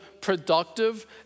productive